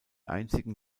einzigen